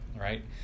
right